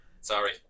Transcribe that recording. sorry